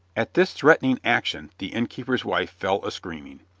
at this threatening action the innkeeper's wife fell a-screaming,